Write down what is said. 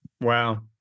Wow